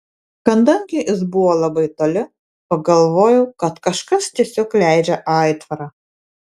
kadangi jis buvo labai toli pagalvojau kad kažkas tiesiog leidžia aitvarą